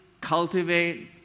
cultivate